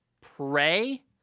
pray